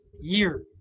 year